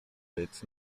rydz